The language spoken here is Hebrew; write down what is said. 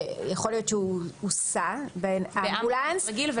יכול להיות שהוא הוסע באמבולנס רגיל,